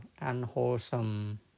unwholesome